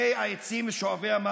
טונה?